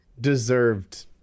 deserved